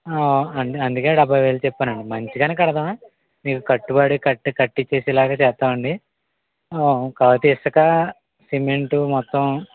అందు అందుకే డెబ్భైవేలు చెప్పనండి మంచిగానే కడదాం మీరు కట్టుబడి కట్టు కట్టిచేసే లాగే చేస్తామండి కాకపోతే ఇసుక సిమెంటు మొత్తం